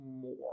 more